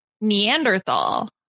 Neanderthal